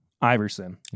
Iverson